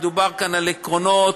מדובר כאן על עקרונות.